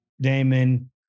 Damon